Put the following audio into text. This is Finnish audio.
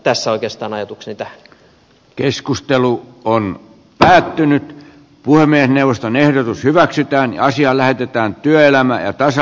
tässä oikeastaan ajatuksen tähkä keskustelu on päättynyt puhemiesneuvoston ehdotus hyväksytään asia lähetetään työelämä ajatukseni tähän